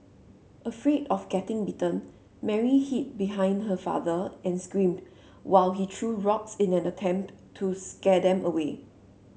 afraid of getting bitten Mary hid behind her father and screamed while he threw rocks in an attempt to scare them away